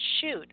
shoot